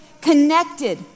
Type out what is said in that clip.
connected